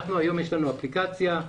יש לנו היום אפליקציה.